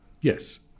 Yes